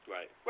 Right